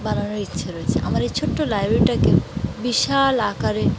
বানানোর ইচ্ছে রয়েছে আমার এই ছোট্ট লাইব্রেরিটাকে বিশাল আকারে